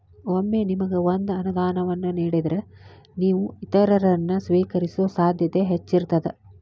ಒಮ್ಮೆ ನಿಮಗ ಒಂದ ಅನುದಾನವನ್ನ ನೇಡಿದ್ರ, ನೇವು ಇತರರನ್ನ, ಸ್ವೇಕರಿಸೊ ಸಾಧ್ಯತೆ ಹೆಚ್ಚಿರ್ತದ